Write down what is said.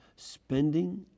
Spending